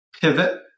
pivot